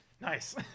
Nice